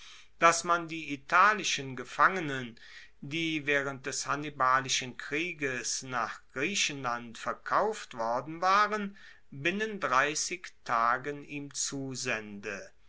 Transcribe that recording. dass man die italischen gefangenen die waehrend des hannibalischen krieges nach griechenland verkauft worden waren binnen dreissig tagen ihm zusende